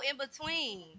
in-between